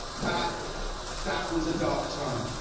that that was a dark time.